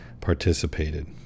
participated